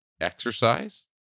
exercise